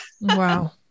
Wow